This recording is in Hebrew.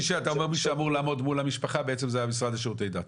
אתה אומר מי שאמור לעמוד מול המשפחה בעצם הוא המשרד לשירותי דת?